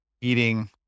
eating